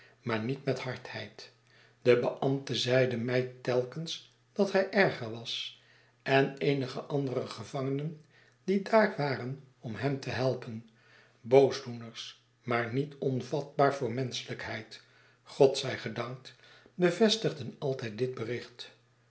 maar niet met hardheid de beambte zeide mij telkens dat hij erger was en eenige andere gevangenen die daar waren om hem te helpen boosdoeners maar niet onvatbaar voor menschelijkheid god zij gedankt bevestigden altijd dit bericht